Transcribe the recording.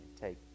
Take